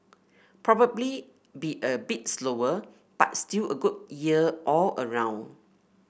probably be a bit slower but still a good year all around